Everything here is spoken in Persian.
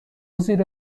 زیر